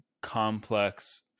complex